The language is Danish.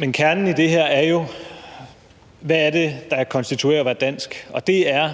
Men kernen i det her er jo: Hvad er det, der konstituerer at være dansk? Og det er